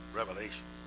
revelation